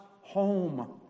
home